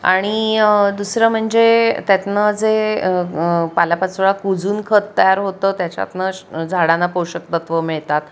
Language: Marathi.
आणि दुसरं म्हणजे त्यातनं जे पालापाचोळा कुजून खत तयार होतं त्याच्यातनं झाडांना पोषक तत्वं मिळतात